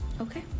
Okay